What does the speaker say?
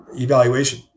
evaluation